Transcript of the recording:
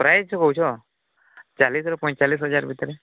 price କହୁଛ ଚାଳିଶିରୁ ପଇଁଚାଳିଶି ହଜାର ଭିତରେ